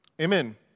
Amen